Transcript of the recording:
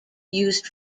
used